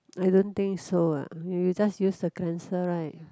I don't think so ah you just use the cleanser right